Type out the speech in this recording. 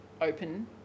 open